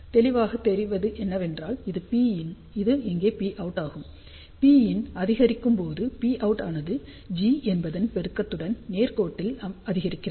தெளிவாகத் தெரிவது என்னவென்றால் இது Pin இது இங்கே Pout ஆகும் Pin அதிகரிக்கும்போது Pout ஆனது G என்பதன் பெருக்கத்துடன் நேர்கோட்டில் அதிகரிக்கிறது